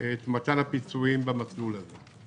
את מתן הפיצויים במסלול הזה.